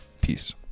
Peace